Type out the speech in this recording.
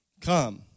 come